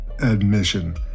admission